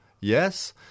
Yes